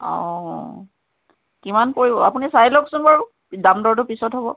অ কিমান পৰিব আপুনি চাই লওকচোন বাৰু দাম দৰটো পিছত হ'ব